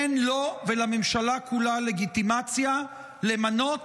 אין לו ולממשלה כולה לגיטימציה למנות